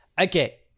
Okay